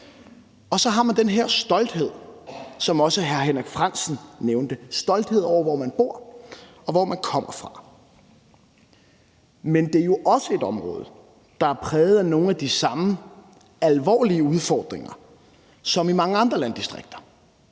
Så har man den her stolthed, som også hr. Henrik Frandsen nævnte – stolthed over, hvor man bor, og hvor man kommer fra. Men det er jo også et område, der er præget af nogle af de samme alvorlige udfordringer som mange andre landdistrikter.